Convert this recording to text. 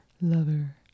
Lover